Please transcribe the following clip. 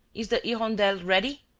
is the hirondelle ready?